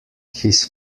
his